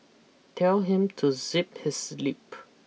tell him to zip his lip